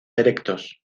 erectos